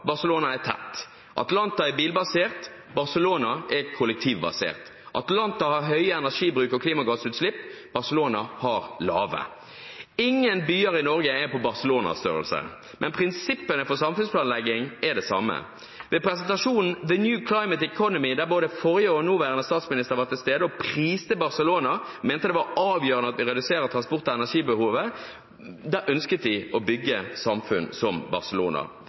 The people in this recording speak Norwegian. Barcelona er tett, Atlanta er bilbasert, Barcelona er kollektivbasert. Atlanta har høy energibruk og høye klimagassutslipp, Barcelona har lave. Ingen byer i Norge er på Barcelona-størrelse. Men prinsippene for samfunnsplanlegging er de samme. Ved presentasjonen The New Climate Economy, der både forrige og nåværende statsminister var til stede og priste Barcelona og mente det var avgjørende at vi reduserer transport- og energibehovet, ønsket de å bygge samfunn som Barcelona. Men det spiller ingen rolle at Erna Solberg snakker om Barcelona